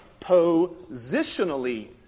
positionally